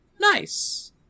nice